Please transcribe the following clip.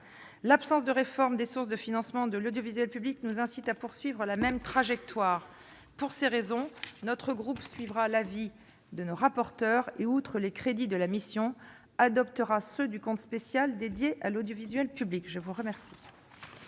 L'absence de réforme des sources de financement de l'audiovisuel public nous incite à poursuivre la même trajectoire. Pour ces raisons, notre groupe suivra l'avis de nos rapporteurs, et outre les crédits de la mission, adoptera ceux du compte spécial dédié à l'audiovisuel public. La parole